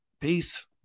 Peace